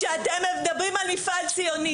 שאתם מדברים על מפעל ציוני,